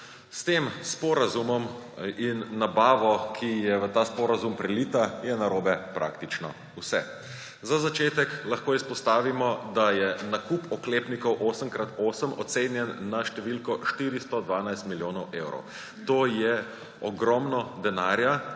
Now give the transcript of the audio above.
S tem sporazumom in nabavo, ki je v ta sporazum prelita, je narobe praktično vse. Za začetek lahko izpostavimo, da je nakup oklepnikov 8x8 ocenjen na številko 412 milijonov evrov. To je ogromno denarja,